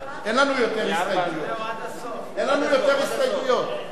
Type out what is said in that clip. לנו יותר הסתייגויות,